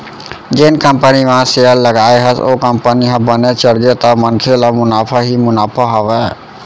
जेन कंपनी म सेयर लगाए हस ओ कंपनी ह बने चढ़गे त मनखे ल मुनाफा ही मुनाफा हावय